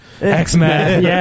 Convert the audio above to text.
X-Men